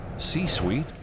c-suite